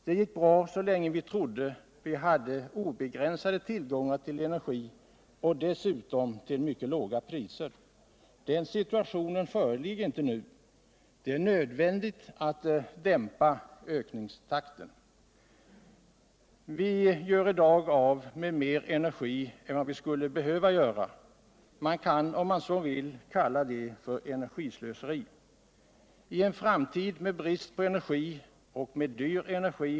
Det gick bra så länge vi trodde att vi hade obegränsad tillgång till energi och dessutom till mycket låga priser. Den situationen föreligger inte nu. Det är nödvändigt att dämpa ökningstakten. Vi gör i dag av med mer energi än vi skulle behöva göra. Man kan, om man så vill, kalla det för energislöseri. I en framtid med brist på energi — och dyr energi!